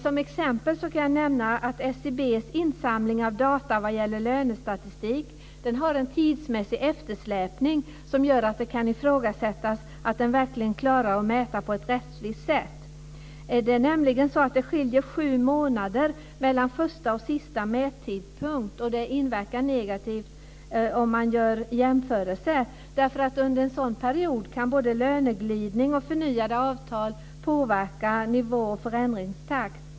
Som exempel kan jag nämna att SCB:s insamling av data vad gäller lönestatistik har en tidsmässig eftersläpning som gör att det kan ifrågasättas att den verkligen klarar att mäta på ett rättvist sätt. Det skiljer sju månader mellan första och sista mättidpunkt. Det inverkar negativt vid jämförelser. Under en sådan period kan både löneglidning och förnyade avtal påverka nivå och förändringstakt.